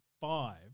five